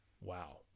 Wow